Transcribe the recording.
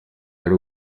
y’u